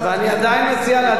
ואני עדיין מציע לאדוני,